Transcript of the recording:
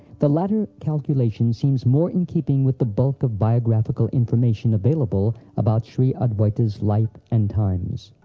the latter calculation seems more in keeping with the bulk of biographical information available about shri adwaita's life and times.